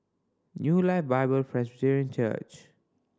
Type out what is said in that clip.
New Life Bible Church